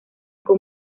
con